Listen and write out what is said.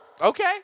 Okay